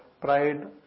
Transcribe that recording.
Pride